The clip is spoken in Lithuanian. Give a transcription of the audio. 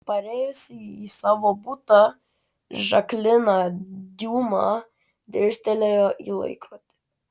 parėjusi į savo butą žaklina diuma dirstelėjo į laikrodį